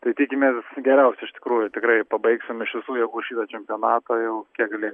tai tikimės geriausio iš tikrųjų tikrai pabaigsim iš visų jėgų šitą čempionatą jau kiek galėsim